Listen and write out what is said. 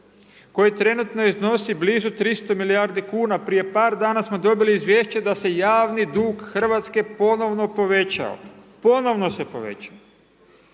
koji trenutno iznosi blizu 300 milijardi kuna. Prije par dana smo dobili izvješće da se javni dug Hrvatske ponovno povećao, ponovno se povećao.